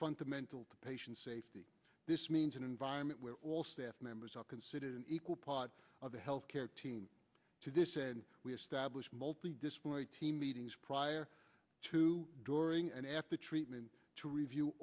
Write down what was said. fundamental to patient safety this means an environment where all staff members are considered an equal part of the health care team to this and we established multi disciplinary team meetings prior to during and after treatment to review